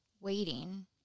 waiting